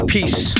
Peace